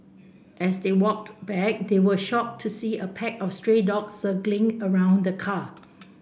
as they walked back they were shocked to see a pack of stray dogs circling around the car